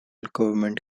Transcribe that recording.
government